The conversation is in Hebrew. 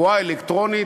בועה אלקטרונית,